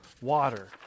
water